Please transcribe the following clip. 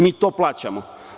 Mi to plaćamo.